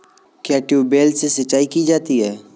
क्या ट्यूबवेल से सिंचाई की जाती है?